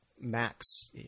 Max